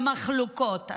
למחלוקות,